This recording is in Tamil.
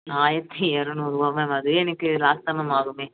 ஆயிரத்து இரநூறுவா மேம் அதுவே எனக்கு லாஸ் தான் மேம் ஆகுமே